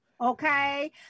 Okay